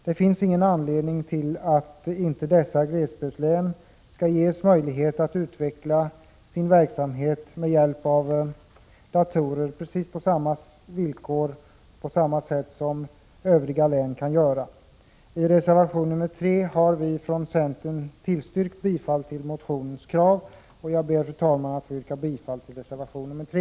Det finns ingen anledning att dessa glesbygdslän inte skall ges möjlighet att utveckla sin verksamhet med hjälp av datorer på samma villkor som övriga län. I reservation 3 har vi från centern tillstyrkt bifall till motionens krav. Fru talman! Jag ber att få yrka bifall till reservation 3.